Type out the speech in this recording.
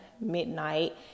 midnight